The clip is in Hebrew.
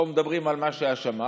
לא מדברים על מה שהיה שם,